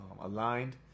aligned